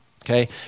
Okay